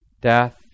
death